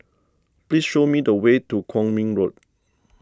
please show me the way to Kwong Min Road